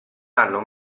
hanno